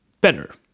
better